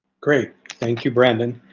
great thank you, brandon.